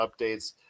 updates